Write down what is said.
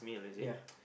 ya